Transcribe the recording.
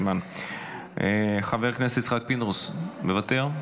אימאן, חבר הכנסת יצחק פינדרוס, מוותר?